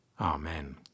amen